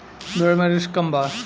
भेड़ मे रिस्क कम बा